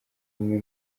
imwe